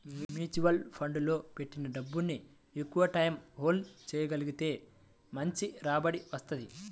mutual ఫండ్లలో పెట్టిన డబ్బుని ఎక్కువటైయ్యం హోల్డ్ చెయ్యగలిగితే మంచి రాబడి వత్తది